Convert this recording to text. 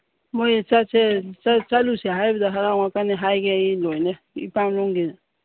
ꯃꯣꯏ ꯆꯠꯁꯦ ꯆꯠꯂꯨꯁꯦ ꯍꯥꯏꯕꯗ ꯍꯔꯥꯎ ꯍꯔꯥꯎ ꯌꯥꯔꯛꯀꯅꯤ ꯍꯥꯏꯒꯦ ꯑꯩ ꯂꯣꯏꯅ ꯏꯄꯥꯝꯂꯣꯝꯒꯤꯁꯨ